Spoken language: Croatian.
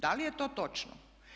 Da li je to točno?